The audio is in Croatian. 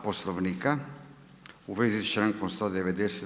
Poslovnika u vezi s člankom 190.